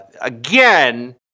Again